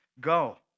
go